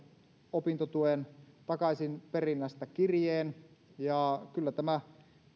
opintotuen takaisinperinnästä kirjeen ja kyllä tämä